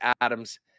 adams